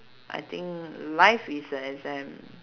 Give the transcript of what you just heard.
I think life is a exam